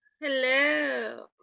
Hello